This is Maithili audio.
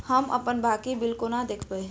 हम अप्पन बाकी बिल कोना देखबै?